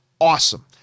awesome